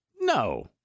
No